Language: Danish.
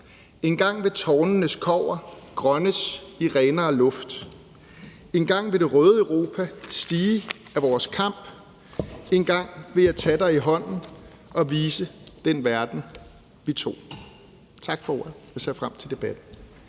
vil tårnenes kobber/grønnes i renere luft./Engang vil det røde Europa/stige af vores kamp./Engang vil jeg ta dig i hånden/og vise den verden vi tog.« Tak for ordet, jeg ser frem til debatten.